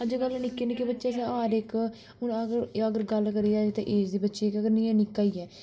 अज्जकल निक्के निक्के बच्चे हर इक हून अगर गल्ल करी जा एज दे बच्चे निक्का ई ऐ